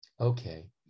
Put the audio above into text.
Okay